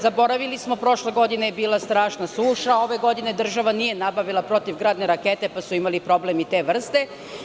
Zaboravili smo prošle godine je bila strašna suša, ove godine država nije nabavila protivgradne rakete pa su imali problem te vrste.